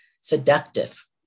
seductive